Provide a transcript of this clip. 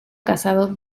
casado